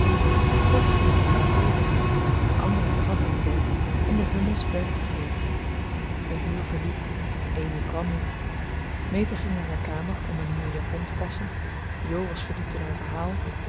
bets ging op de canapé liggen de anderen hervatten hun werk en de hummels werden vergeten een uur verliep amy kwam niet meta ging naar haar kamer om een nieuwe japon te passen jo was verdiept in haar verhaal